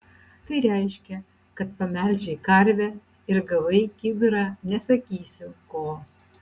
tai reiškia kad pamelžei karvę ir gavai kibirą nesakysiu ko